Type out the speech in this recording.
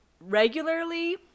regularly